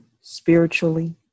spiritually